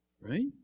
right